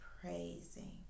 praising